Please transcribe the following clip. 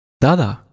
Dada